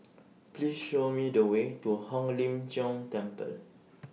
Please Show Me The Way to Hong Lim Jiong Temple